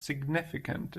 significant